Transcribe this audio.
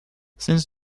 since